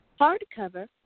hardcover